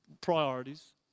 priorities